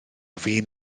fin